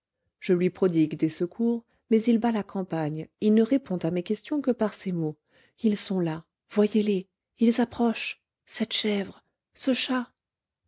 je lui prodigue des secours mais il bat la campagne il ne répond à mes questions que par ces mots ils sont là voyez-les ils approchent cette chèvre ce chat